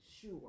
sure